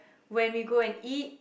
when we go and eat